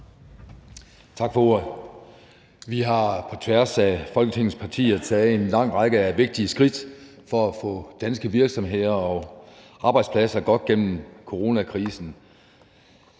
Tak for ordet. Vi har på tværs af Folketingets partier taget en lang række vigtige skridt for at få danske virksomheder og arbejdspladser godt igennem coronakrisen.